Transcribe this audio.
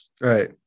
right